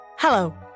Hello